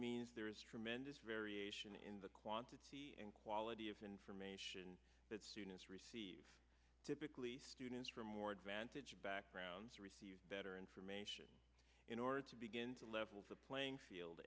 means there is tremendous variation in the quantity and quality of information that students receive typically students from more advantaged backgrounds receive better information in order to begin to level the playing field